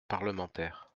parlementaire